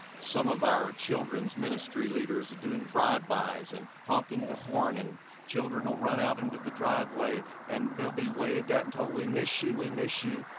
some of our children's ministry leaders are doing drive-bys and honking the horn and children will run out into the driveway and they'll be waved at and told we miss you, we miss you,